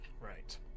Right